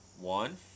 One